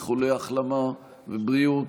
איחולי החלמה ובריאות.